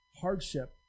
hardship